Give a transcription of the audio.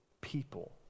people